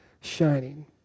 shining